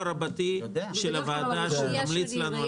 יהיה פה אירוע רבתי של הוועדה שתמליץ לנו על קריטריונים.